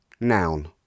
Noun